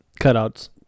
Cutouts